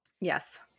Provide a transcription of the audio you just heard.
Yes